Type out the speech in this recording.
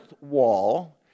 wall